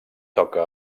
toca